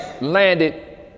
landed